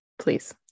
Please